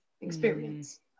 experience